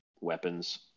weapons